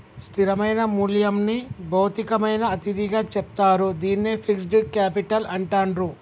స్థిరమైన మూల్యంని భౌతికమైన అతిథిగా చెప్తారు, దీన్నే ఫిక్స్డ్ కేపిటల్ అంటాండ్రు